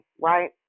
right